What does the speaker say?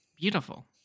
Beautiful